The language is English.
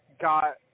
got